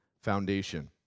foundation